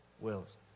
wills